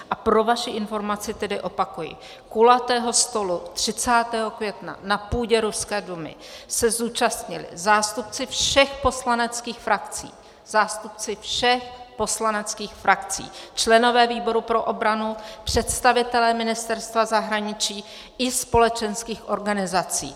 A pro vaši informaci tedy opakuji: Kulatého stolu 30. května na půdě ruské Dumy se zúčastnili zástupci všech poslaneckých frakcí zástupci všech poslaneckých frakcí členové výboru pro obranu, představitelé Ministerstva zahraničí i společenských organizací.